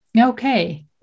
Okay